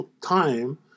time